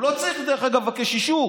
הוא לא צריך, דרך אגב, לבקש אישור.